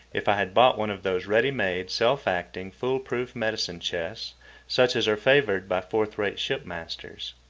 if i had bought one of those ready-made, self-acting, fool-proof medicine chests such as are favoured by fourth-rate ship-masters.